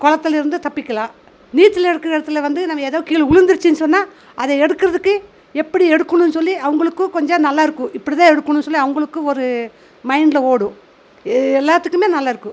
குளத்துல இருந்து தப்பிக்கலாம் நீச்சல் அடிக்கிற இடத்துல வந்து நம்ம எதோ கீழே விழுந்துருச்சுன்னு சொன்னால் அதை எடுக்கறதுக்கு எப்படி எடுக்கணும் சொல்லி அவங்களுக்கும் கொஞ்சம் நல்லா இருக்கும் இப்படிதான் எடுக்கணும் சொல்லி அவங்களுக்கு ஒரு மைண்டில் ஓடும் எல்லாத்துக்குமே நல்லா இருக்கும்